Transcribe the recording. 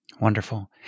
Wonderful